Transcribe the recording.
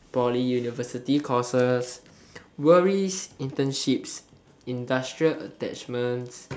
poly university courses worries internship industrial attachment